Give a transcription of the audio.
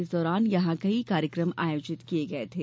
इस दौरान यहां कई कार्यक्रम आयोजित किये गये थे